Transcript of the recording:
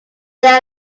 there